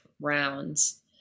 rounds